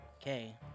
Okay